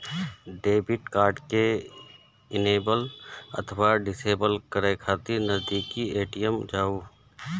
debit card कें enable अथवा disable करै खातिर नजदीकी ए.टी.एम जाउ